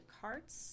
cards